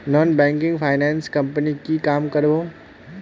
Non banking finance company की काम करोहो?